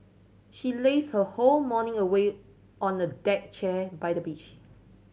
she lazed her whole morning away on a deck chair by the beach